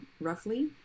roughly